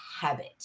habit